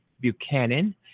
Buchanan